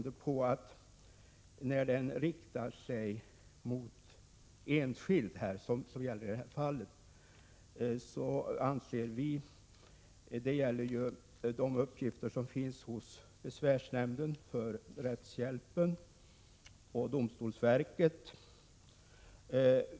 Det gäller uppgifter som finns hos besvärsnämnden för rättshjälp och hos domstolsverket.